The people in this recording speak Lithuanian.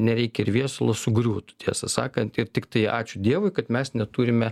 nereikia ir viesulo sugriūtų tiesą sakant ir tiktai ačiū dievui kad mes neturime